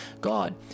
God